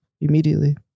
immediately